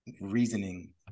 reasoning